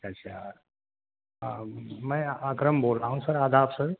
اچھا اچھا میں اکرم بول رہا ہوں سر آداب سر